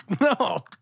no